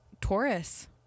Taurus